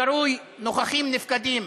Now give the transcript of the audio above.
הקרוי "נוכחים נפקדים".